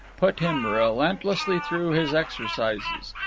put him relentlessly through his exercises.